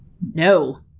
no